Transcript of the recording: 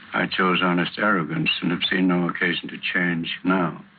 i chose honest arrogance and i've seen no occasion to change now.